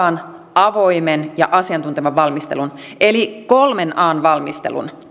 avoimen ja asiantuntevan valmistelun eli kolmen an valmistelun